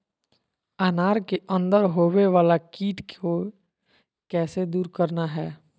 अनार के अंदर होवे वाला कीट के कैसे दूर करना है?